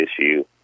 issue